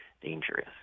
dangerous